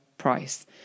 price